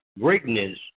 greatness